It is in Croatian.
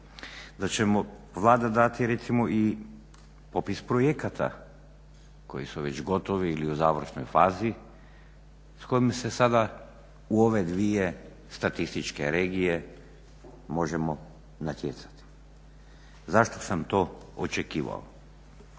da će mu Vlada dati recimo i popis projekata koji su već gotovi ili u završnoj fazi s kojom se sada u ove dvije statističke regije možemo natjecati. Zašto sam to očekivao?